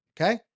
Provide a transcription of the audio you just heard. Okay